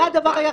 זה הדבר היחיד.